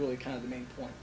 really kind of the main point